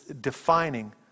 defining